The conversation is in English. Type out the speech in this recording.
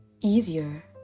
easier